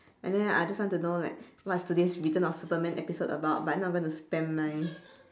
and then I just want to know like what's today return of superman episode about but I'm not going to spend my